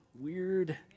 weird